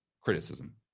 criticism